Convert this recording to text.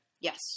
Yes